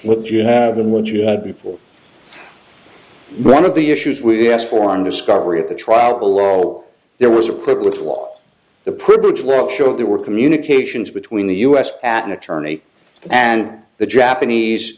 what you have them what you had before none of the issues we asked for on discovery at the trial below there was a quick look at law the privilege will show there were communications between the us at an attorney and the japanese